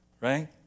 right